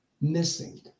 missing